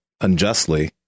unjustly